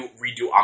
redo